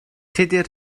tudur